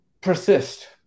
persist